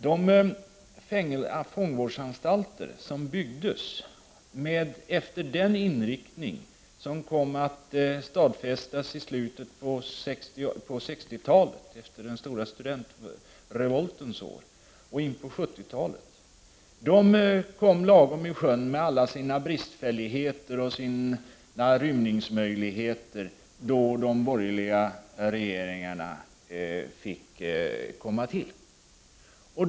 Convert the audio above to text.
De fångvårdsanstalter som byggdes med den inriktning som kom att stadsfästas i slutet av 1960-talet, efter den stora studentrevoltens år, och in på 1970-talet, kom lagomi sjön med alla sina bristfälligheter och alla sina rymningsmöjligheter då de borgerliga regeringarna fick råda.